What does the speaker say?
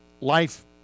life